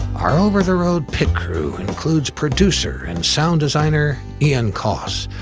our over the road pit crew includes producer and sound designer ian coss,